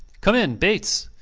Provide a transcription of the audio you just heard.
come in, bates.